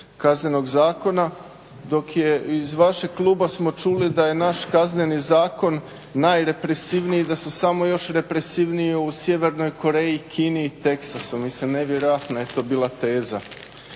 Kaznenog zakona dok iz vašeg kluba smo čuli da je naš Kazneni zakon najrepresivniji i da su samo još represivniji u Sjevernoj Koreji, Kini i Teksasu. Mislim nevjerojatna je to bila teza.